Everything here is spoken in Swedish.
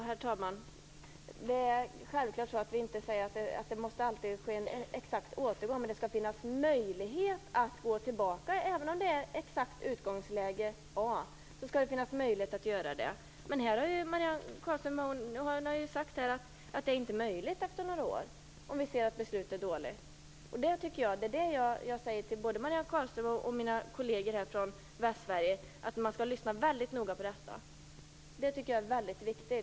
Herr talman! Det är självklart så att vi inte säger att det alltid måste ske en exakt återgång. Men det måste finnas möjlighet att gå tillbaka. Även om det är exakt utgångsläge A skall det finnas möjlighet att göra det. Marianne Carlström har här sagt att det inte är möjligt om vi efter några år ser att beslutet är dåligt. Jag uppmanar mina kolleger från Västsverige att lyssna väldigt noga på detta. Jag tycker att det är väldigt viktigt.